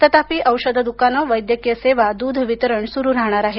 तथापि औषध द्कानेवैद्यकीय सेवा द्ध वितरण सुरु राहणार आहे